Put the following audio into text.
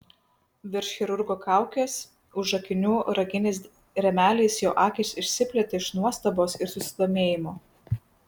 virš chirurgo kaukės už akinių raginiais rėmeliais jo akys išsiplėtė iš nuostabos ir susidomėjimo